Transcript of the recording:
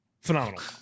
phenomenal